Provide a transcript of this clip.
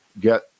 get